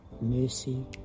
mercy